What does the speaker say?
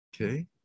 okay